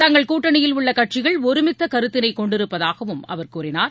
தங்கள் கூட்டணியில் உள்ள கட்சிகள் ஒருமித்த கருத்தினை கொண்டிருப்பதாகவும் அவர் கூறினார்